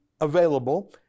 available